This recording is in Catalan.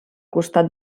costat